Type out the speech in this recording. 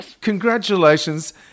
Congratulations